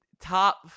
top